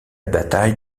bataille